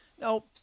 No